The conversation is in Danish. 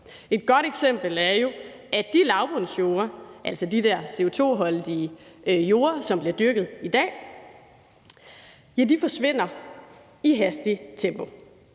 Et godt eksempel er jo, at de lavbundsjorder – altså de der CO2-holdige jorder, som bliver dyrket i dag – forsvinder i hastigt tempo.